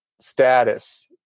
status